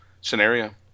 scenario